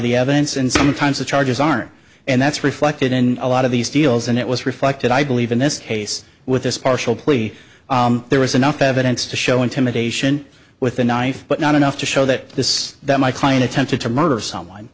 the evidence and sometimes the charges aren't and that's reflected in a lot of these deals and it was reflected i believe in this case with this partial plea there was enough evidence to show intimidation with the knife but not enough to show that this that my client attempted to murder someone